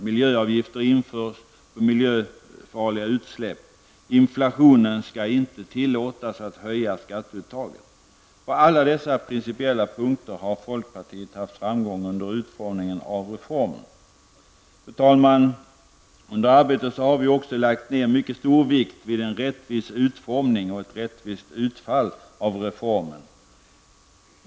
Miljöavgifter införs på miljöfarliga utsläpp. Inflationen skall inte tillåtas att höja skatteuttaget. På alla dessa principiella punkter har folkpartiet haft framgång under utformningen av reformen. Fru talman! Under arbetet har vi också lagt mycket stor vikt vid en rättvis utformning och ett rättvist utfall av reformen.